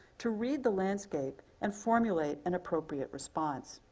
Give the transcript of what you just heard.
to read the landscape and formulate an appropriate response.